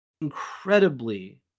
incredibly